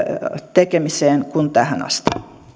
tekemiseen kuin tähän asti